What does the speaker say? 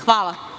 Hvala.